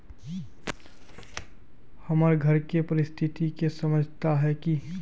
हमर घर के परिस्थिति के समझता है की?